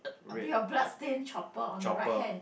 a bit of blood stain chopper on the right hand